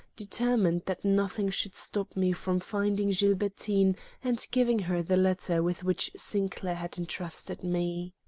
determined that nothing should stop me from finding gilbertine and giving her the letter with which sinclair had intrusted me.